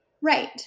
Right